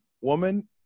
woman